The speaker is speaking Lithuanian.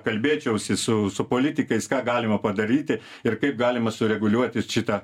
kalbėčiausi su su politikais ką galima padaryti ir kaip galima sureguliuoti šitą